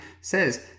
says